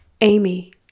Amy